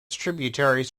tributaries